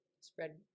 spread